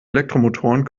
elektromotoren